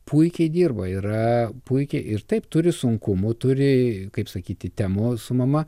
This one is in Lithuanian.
puikiai dirba yra puikiai ir taip turi sunkumų turi kaip sakyti temų su mama